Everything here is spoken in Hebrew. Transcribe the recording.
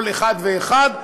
כל אחד ואחד,